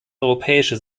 europäische